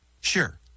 Sure